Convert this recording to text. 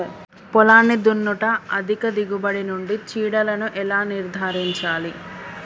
పొలాన్ని దున్నుట అధిక దిగుబడి నుండి చీడలను ఎలా నిర్ధారించాలి?